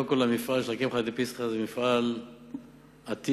מפעל הקמחא דפסחא הוא מפעל עתיק,